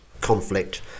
conflict